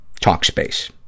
Talkspace